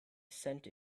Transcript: cent